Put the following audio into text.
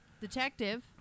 Detective